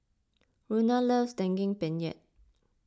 Rona loves Daging Penyet